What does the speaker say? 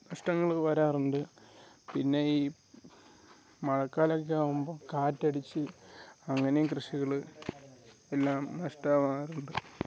നഷ്ടങ്ങൾ വരാറുണ്ട് പിന്നെ ഈ മഴക്കാലം ഒക്കെ ആകുമ്പോൾ കാറ്റടിച്ച് അങ്ങനേം കൃഷികൾ എല്ലാം നഷ്ടം ആകാറുണ്ട്